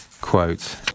quote